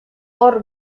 hor